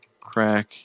crack